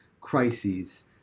crises